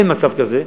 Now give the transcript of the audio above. אין מצב כזה.